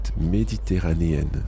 méditerranéenne